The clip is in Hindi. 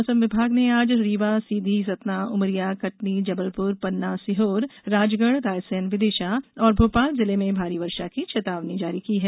मौसम विभाग ने आज रीवा सीधी सतना उमरिया कटनी जबलपुर पन्ना सीहोर राजगढ़ रायसेन विदिशा और भोपाल जिले में भारी वर्षा की चेतावनी जारी की है